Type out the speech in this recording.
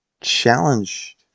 Challenge